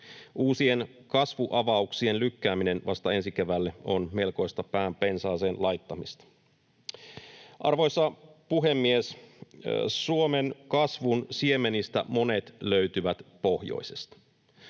Uusien kasvuavauksien lykkääminen vasta ensi keväälle on melkoista pään pensaaseen laittamista. Arvoisa puhemies! Suomen kasvun siemenistä monet löytyvät pohjoisesta.